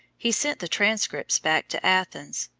he sent the transcripts back to athens,